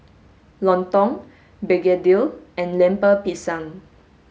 Lontong Begedil and Lemper Pisang